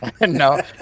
No